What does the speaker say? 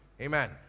amen